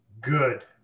good